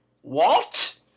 What